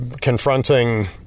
confronting